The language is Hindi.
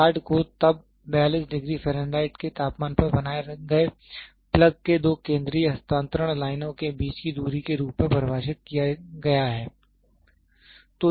यार्ड को तब 62 ° F के तापमान पर बनाए गए प्लग के दो केंद्रीय हस्तांतरण लाइनों के बीच की दूरी के रूप में परिभाषित किया गया है